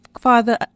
Father